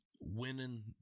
winning